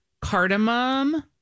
cardamom